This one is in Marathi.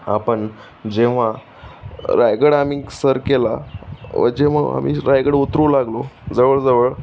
आपण जेव्हा रायगड आम्ही सर केला व जेव्हा आम्ही रायगड उतरू लागलो जवळजवळ